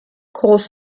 groß